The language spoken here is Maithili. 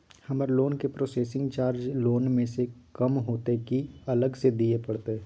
हमर लोन के प्रोसेसिंग चार्ज लोन म स कम होतै की अलग स दिए परतै?